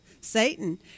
Satan